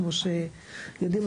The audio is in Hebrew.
כמו שיודעים.